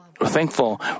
thankful